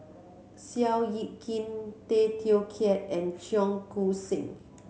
Seow Yit Kin Tay Teow Kiat and Cheong Koon Seng